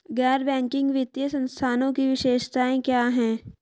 गैर बैंकिंग वित्तीय संस्थानों की विशेषताएं क्या हैं?